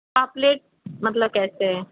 पापलेट मतलब कैसे है